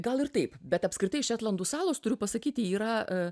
gal ir taip bet apskritai šetlandų salos turiu pasakyti yra